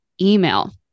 email